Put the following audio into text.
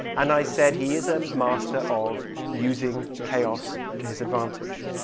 and i said he is a master of using chaos to his advantage.